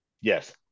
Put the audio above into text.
Yes